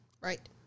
Right